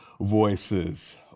voices